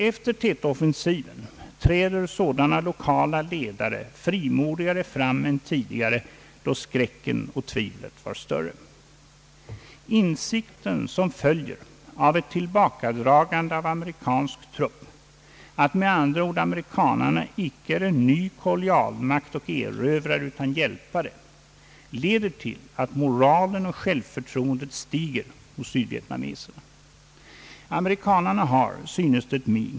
Efter Tet-offensiven träder sådana lokala ledare frimodigare fram än tidigare, då skräcken och tvivlet var större. Insikten som följer av ett tillbakadragande av amerikansk trupp, att med andra ord amerikanerna icke är en ny kolonialmakt och erövrare, utan hjälpare, leder till att moralen och självförtroendet stiger hos sydvietnameserna.